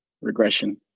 regression